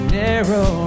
narrow